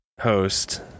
host